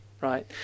Right